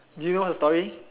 do you know what's the story